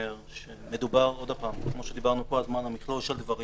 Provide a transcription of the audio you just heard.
מדובר במכלול דברים